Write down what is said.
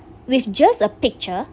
with just a picture